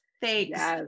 thanks